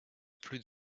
plus